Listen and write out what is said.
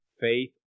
faith